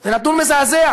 זה נתון מזעזע.